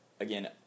Again